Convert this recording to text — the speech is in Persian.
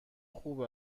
خوب